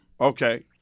Okay